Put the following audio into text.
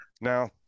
Now